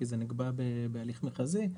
כי זה נקבע בהליך מכרזי.